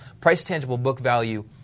price-tangible-book-value